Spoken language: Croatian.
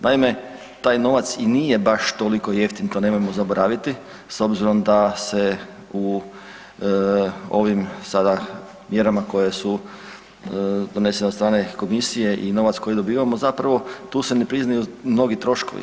Naime, taj novac i nje baš toliko jeftin to nemojmo zaboraviti s obzirom da se u ovim sada mjerama koje su donesene od strane komisije i novac koji dobivamo zapravo tu se ne priznaju mnogi troškovi.